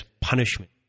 punishment